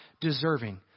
deserving